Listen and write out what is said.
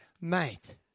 Mate